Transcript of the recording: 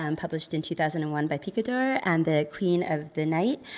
um published in two thousand and one by picador, and the queen of the night,